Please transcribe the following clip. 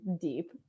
deep